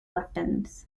weapons